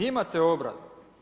Imate obraz.